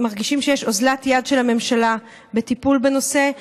מרגישים שיש אוזלת יד של הממשלה בטיפול בנושא,